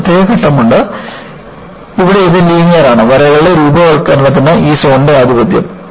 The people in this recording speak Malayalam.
ഒരു പ്രത്യേക ഘട്ടമുണ്ട് ഇവിടെ ഇത് ലീനിയർ ആണ് വരകളുടെ രൂപവത്കരണത്തിലാണ് ഈ സോണിന്റെ ആധിപത്യം